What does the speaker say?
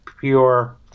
pure